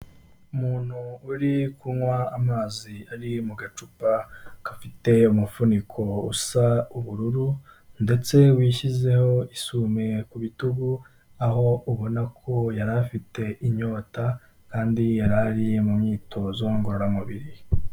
Umuntu uri kunywa amazi ari mu gacupa gafite umufuniko usa ubururu, ndetse wishyizeho isume ku bitugu, aho ubona ko yari afite inyota, kandi yari ari mu myitozo ngororamubiri.